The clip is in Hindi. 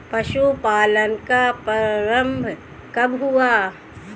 पशुपालन का प्रारंभ कब हुआ?